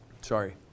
Sorry